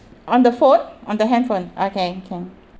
on the phone on the handphone okay can